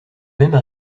même